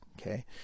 okay